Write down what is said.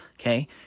okay